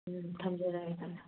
ꯎꯝ ꯊꯝꯖꯔꯒꯦ ꯊꯝꯖꯔꯦ